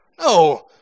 No